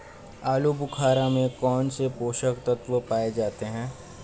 आलूबुखारा में कौन से पोषक तत्व पाए जाते हैं?